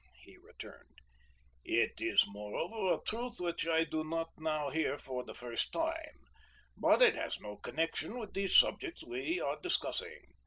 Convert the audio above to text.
he returned it is, moreover, a truth which i do not now hear for the first time but it has no connection with the subject we are discussing.